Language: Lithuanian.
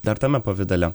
dar tame pavidale